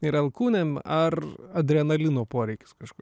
ir alkūnėm ar adrenalino poreikis kažkur